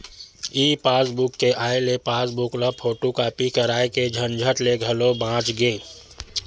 ई passbook के आए ले पासबूक ल फोटूकापी कराए के झंझट ले घलो बाच गे